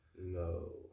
No